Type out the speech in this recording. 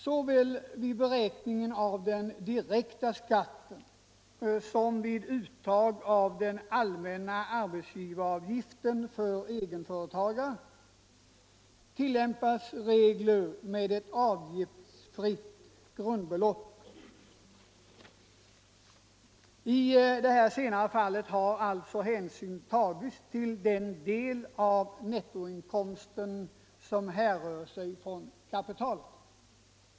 Såväl vid beräkningen av den direkta skatten som vid uttag av den allmänna arbetsgivaravgiften för egenföretagare tillämpas regler med ett avgiftsfritt grundbelopp. I det här senare fallet har alltså hänsyn tagits till den del av nettoinkomsten som härrör sig från kapitalet.